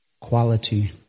quality